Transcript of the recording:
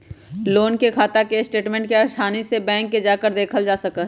loan के खाता के स्टेटमेन्ट के आसानी से बैंक में जाकर देखल जा सका हई